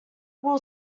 will